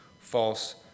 false